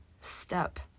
step